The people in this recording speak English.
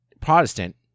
Protestant